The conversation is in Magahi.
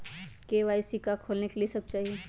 के.वाई.सी का का खोलने के लिए कि सब चाहिए?